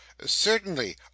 Certainly